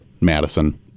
Madison